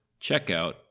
checkout